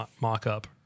mock-up